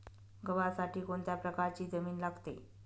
गव्हासाठी कोणत्या प्रकारची जमीन लागते?